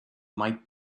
might